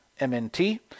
MNT